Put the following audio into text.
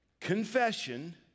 confession